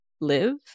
live